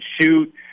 shoot